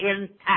intact